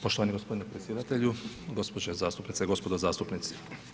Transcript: Poštovani gospodine predsjedatelju, gospođe zastupnici i gospodo zastupnici.